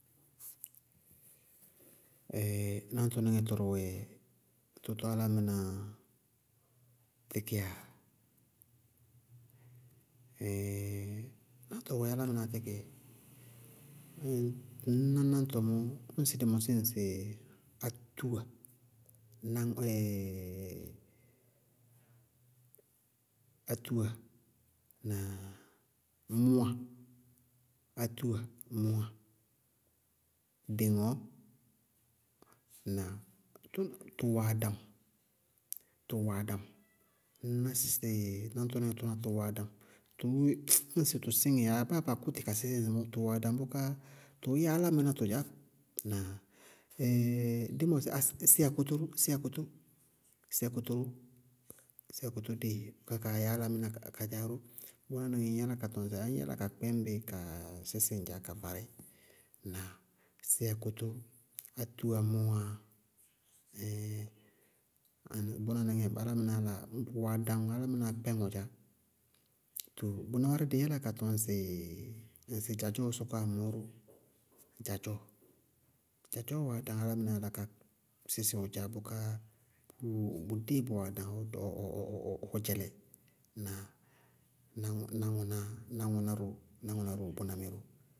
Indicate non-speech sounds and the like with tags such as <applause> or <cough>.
<hesitation> náñtʋníŋɛ tʋrʋwɛ tɔ tɔɔ álámɩnáá tíkíyá? <hesitation> náñtɔ wɛ álámɩnáá tikɩí. Ŋñ ná náñtɔ mɔɔ, ñŋsɩ dɩ mɔsí ŋsɩɩ átúwa, náñg <hesitation> átúwa na mʋwa, átúwa na mʋwa, dɩŋɔɔ, ŋnáa? Tʋ-tʋ wɛ adaŋ, tʋ wɛ adaŋ. Ŋñná sɩ náñtɔníŋɛ tʋná tʋ wɛ adaŋ. Ñŋsɩ tʋ síŋɩ, abáa ba kʋtɩ ka sísí ŋsɩmɔɔ, tʋ wɛ adaŋ bʋká tʋʋ yá álámɩná tʋ dzaá, ŋnáa? <hesitation> dí mɔsɩ síyakótó, síyakótó ró, síyakótó dée, bʋká kaá yá álámɩná ka dzaá. Wáaní ŋñyála ka tɔŋ sɩ aayí ŋñ yála ka kpɛñ bɩ ka sísí ŋdzaá ka varí. Síyakótó, átúwa, mʋwa, <hesitation> bʋná níŋɛ, álámɩnáá yála, bʋwɛ adnaŋ álámɩnáá kpɛñ ɩdzaá. Too bʋná dɩí yála ka tɔŋ sɩ ŋsɩ dzadzɔɔ sɔkɔwá mɔɔ ró, dzadzɔɔ wɛ adaŋ álámɩnáá yála ka sísí ŋdzaá bʋká <hesitation> bʋdée bʋ wɛ adaŋ ɔ-ɔ-ɔ-ɔɔ dzɛlɛ, ŋnáa? Na náŋʋná, náŋʋná ró, náŋʋná ró bʋmɛ wɛ dɩí.